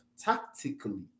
tactically